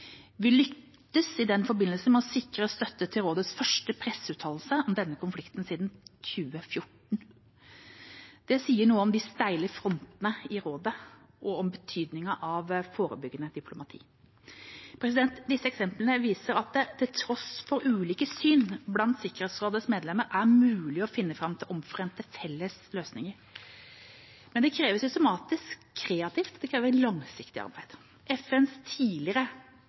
Vi lyktes i den forbindelse med å sikre støtte til rådets første presseuttalelse om denne konflikten siden 2014. Det sier noe om de steile frontene i rådet og om betydningen av forebyggende diplomati. Disse eksemplene viser at det til tross for ulike syn blant Sikkerhetsrådets medlemmer er mulig å finne fram til omforente, felles løsninger. Men det krever systematisk, kreativt og langsiktig arbeid. FNs tidligere